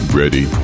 ready